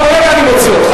עוד רגע אני מוציא אותך.